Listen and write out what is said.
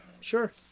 sure